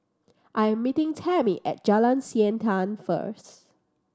I'm meeting Tammi at Jalan Siantan first